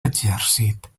exèrcit